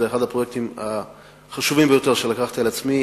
זה אחד הפרויקטים החשובים ביותר שלקחתי על עצמי.